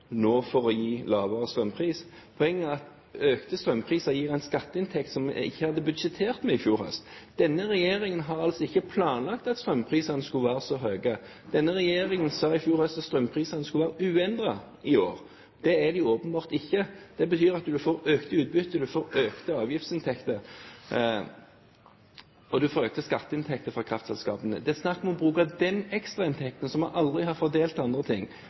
nå for å gi lavere strømpris. Poenget er at økte strømpriser gir en skatteinntekt som vi ikke hadde budsjettert med i fjor høst. Denne regjeringen har altså ikke planlagt at strømprisene skulle være så høye. Denne regjeringen sa i fjor høst at strømprisene skulle være uendrede i år. Det er de åpenbart ikke. Det betyr at man får økt utbytte, økte avgiftsinntekter og økte skatteinntekter for kraftselskapene. Det er snakk om å bruke den ekstrainntekten som vi aldri har fordelt til andre ting,